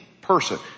person